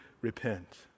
repent